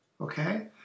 Okay